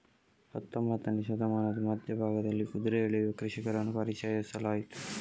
ಹತ್ತೊಂಬತ್ತನೇ ಶತಮಾನದ ಮಧ್ಯ ಭಾಗದಲ್ಲಿ ಕುದುರೆ ಎಳೆಯುವ ಕೃಷಿಕರನ್ನು ಪರಿಚಯಿಸಲಾಯಿತು